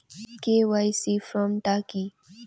KYC form টা কি?